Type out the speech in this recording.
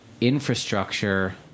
infrastructure